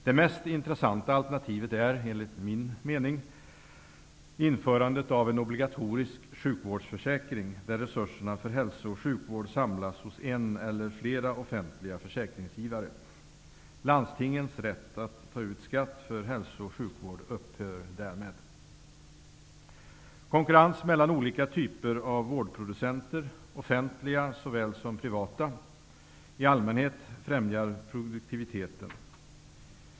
Det mest intressanta alternativet är, enligt min mening, införandet av en obligatorisk sjukvårdsförsäkring, där resurserna för hälso och sjukvård samlas hos en eller flera offentliga försäkringsgivare. Landstingens rätt att ta ut skatt för hälso och sjukvård upphör därmed. Konkurrens mellan olika typer av vårdproducenter i allmänhet, offentliga såväl som privata, främjar produktiviteten.